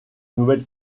nouvelle